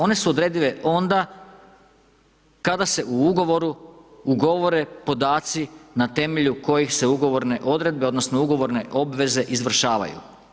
One su odredive onda kada se u ugovoru ugovore podaci na temelju kojih se ugovorne odredbe odnosno ugovorne obveze izvršavaju.